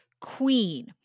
queen